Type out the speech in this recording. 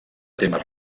temes